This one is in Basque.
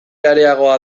areago